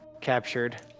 captured